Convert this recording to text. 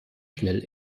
schnell